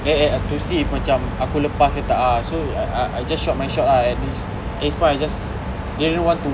eh eh to see if macam aku lepas ke tak ah so I I just shot my shots ah at this this point I just didn't want to